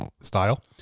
style